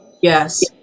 yes